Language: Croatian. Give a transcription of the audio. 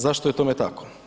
Zašto je tome tako?